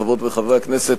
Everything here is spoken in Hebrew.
חברות וחברי הכנסת,